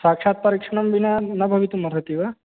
साक्षात् परीक्षणं विना न भवितुम् अर्हति वा